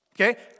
Okay